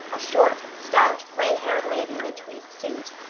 a short, stout gray-haired lady in a tweed suit,